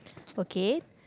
okay